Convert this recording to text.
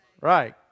Right